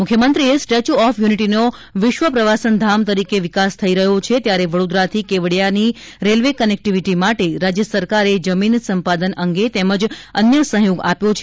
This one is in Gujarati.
મુખ્યમંત્રીશ્રીએ સ્ટેચ્યુ ઓફ યુનિટીનો વિશ્વ પ્રવાસન ધામ તરીકે વિકાસ થઇ રહ્યો છે ત્યારે વડોદરાથી કેવડીયાની રેલવે કનેક્ટીવીટી માટે રાજ્યસરકારે જમીન સંપાદન અંગે તેમજ અન્ય સહયોગ આપ્યો છે